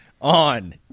on